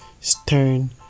stern